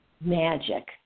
magic